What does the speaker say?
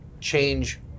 change